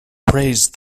praised